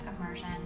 Immersion